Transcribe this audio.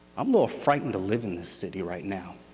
um little frightened to live in this city right now.